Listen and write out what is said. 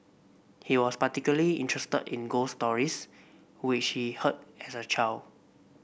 he was particularly interested in ghost stories which he heard as a child